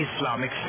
Islamic